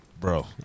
bro